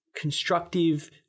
constructive